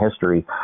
history